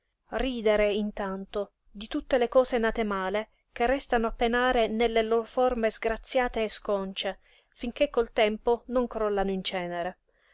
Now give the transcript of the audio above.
ridere intanto di tutte le cose nate male che restano a penare nelle lor forme sgraziate o sconce finché col tempo non crollano in cenere